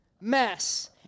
mess